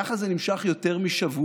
ככה זה נמשך יותר משבוע.